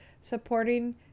supporting